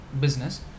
business